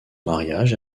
mariage